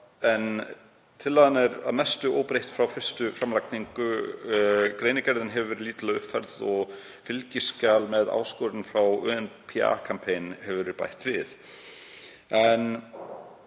Tillagan er að mestu óbreytt frá fyrstu framlagningu en greinargerðin hefur verið lítillega uppfærð og fylgiskjali með áskorun frá UNPA Campaign hefur verið bætt við. Ég